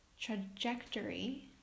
trajectory